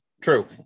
true